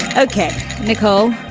ok nicole.